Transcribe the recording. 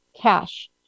cash